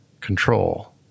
control